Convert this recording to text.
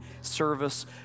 service